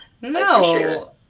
No